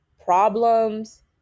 problems